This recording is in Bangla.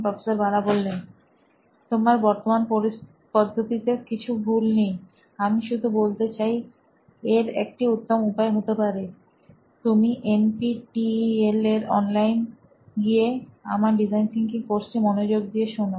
প্রফেসর বালা তোমার বর্তমান পদ্ধতিতে কিছু ভুল নেই আমি শুধু বলতে চাই এর একটা উত্তম উপায় হতে পারে তুমি NPTEL এ অনলাইন গিয়ে আমার ডিজাইন থিঙ্কিং কোর্সটি মনোযোগ দিয়ে শোনো